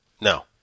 No